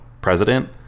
president